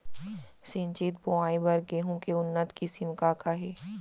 सिंचित बोआई बर गेहूँ के उन्नत किसिम का का हे??